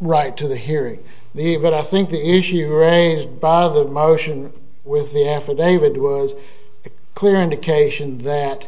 right to the hearing the but i think the issue raised by the motion with the affidavit was a clear indication that